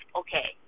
okay